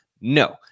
No